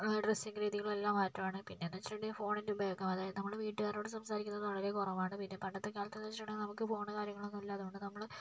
dressing രീതികളെല്ലാം മാറ്റമാണ് പിന്നെന്ന് വെച്ചിട്ടുണ്ടെങ്കിൽ ഫോണിൻ്റെ ഉപയോഗം അതായത് നമ്മള് വീട്ടുകാരോട് സംസാരിക്കുന്നത് വളരെ കുറവാണ് പിന്നെ പണ്ടത്തെ കാലത്തെന്ന് വെച്ചിട്ടുണ്ടെങ്കിൽ നമുക്ക് ഫോണ് കാര്യങ്ങളൊന്നും ഇല്ലാത്തതുകൊണ്ട് നമ്മള്